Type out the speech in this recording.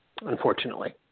unfortunately